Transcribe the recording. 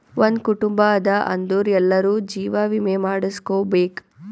ಒಂದ್ ಕುಟುಂಬ ಅದಾ ಅಂದುರ್ ಎಲ್ಲಾರೂ ಜೀವ ವಿಮೆ ಮಾಡುಸ್ಕೊಬೇಕ್